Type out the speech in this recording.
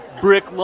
Brick